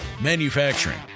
Manufacturing